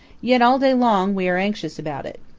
yet all day long we are anxious about it.